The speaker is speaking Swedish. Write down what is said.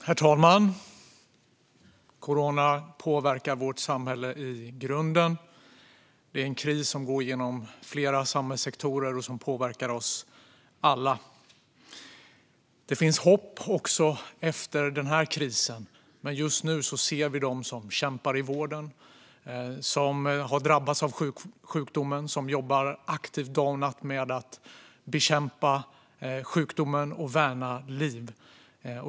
Herr talman! Corona påverkar vårt samhälle i grunden. Det är en kris som går genom flera samhällssektorer och som påverkar oss alla. Det finns hopp också efter denna kris, men just nu ser vi dem som har drabbats av sjukdomen och dem som kämpar i vården och jobbar aktivt dag och natt med att bekämpa sjukdomen och värna liv.